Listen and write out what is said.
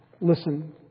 listen